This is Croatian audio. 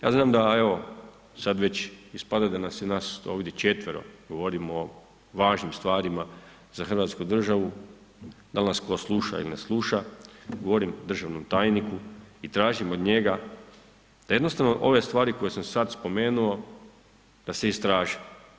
Ja znam da evo, sad već ispada da nas je ovdje četvero, govorimo o važnim stvarima za hrvatsku državu, dal' nas tko sluša il' ne sluša, govorim državnom tajniku i tražim od njega da jednostavno ove stvari koje sam sad spomenuo, da se istraže.